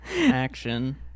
action